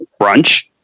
Brunch